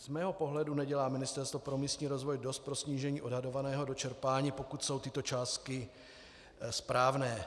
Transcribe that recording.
Z mého pohledu nedělá Ministerstvo pro místní rozvoj dost pro snížení odhadovaného dočerpání, pokud jsou tyto částky správné.